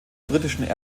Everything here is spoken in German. britischen